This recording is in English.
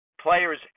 players